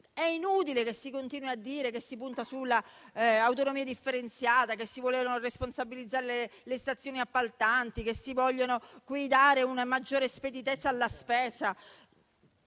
È inutile continuare a dire che si punta sulla autonomia differenziata, che si vogliono responsabilizzare le stazioni appaltanti, che si vuole dare una maggiore speditezza alla spesa.